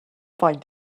faint